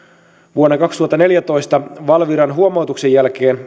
vuonna kaksituhattaneljätoista valviran huomautuksen jälkeen